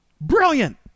Brilliant